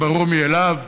זה ברור מאליו,